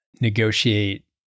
negotiate